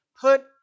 put